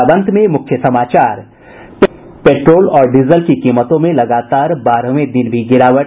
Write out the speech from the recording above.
और अब अंत में मुख्य समाचार पेट्रोल और डीजल की कीमतों में लगातार बारहवें दिन भी गिरावट